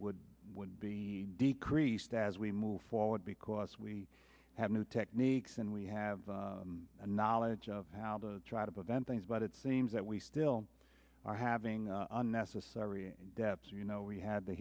would would be decreased as we move forward because we have new techniques and we have a knowledge of how to try to prevent things but it seems that we still are having necessary depp's you know we had the